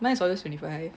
mine is always twenty five